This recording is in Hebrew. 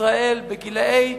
ישראל בגיל 18,